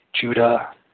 Judah